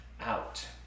out